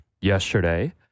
yesterday